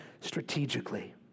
strategically